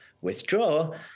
withdraw